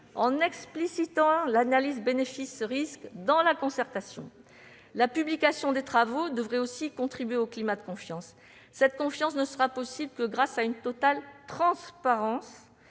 en explicitant l'analyse bénéfices-risques dans la concertation, la publication des travaux devant aussi contribuer au climat de confiance. Cette dernière ne sera possible que grâce à une totale transparence